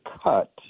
cut